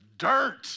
Dirt